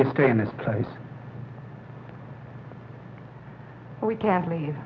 you stay in this place we can't leave